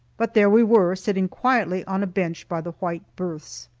but there we were, sitting quietly on a bench by the white berths.